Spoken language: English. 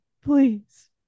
please